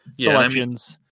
selections